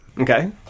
Okay